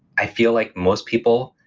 i feel like most people,